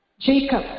Jacob